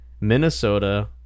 Minnesota